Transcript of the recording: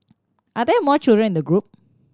are there more children in the group